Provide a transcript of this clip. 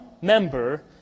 member